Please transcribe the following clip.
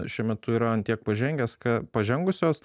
šiuo metu yra ant tiek pažengęs ka pažengusios